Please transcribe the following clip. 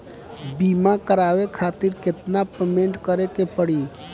बीमा करावे खातिर केतना पेमेंट करे के पड़ी?